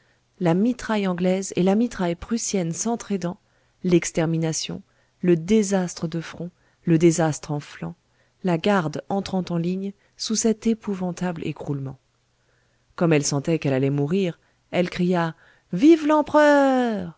la mitraille anglaise et la mitraille prussienne s'entr'aidant l'extermination le désastre de front le désastre en flanc la garde entrant en ligne sous cet épouvantable écroulement comme elle sentait qu'elle allait mourir elle cria vive l'empereur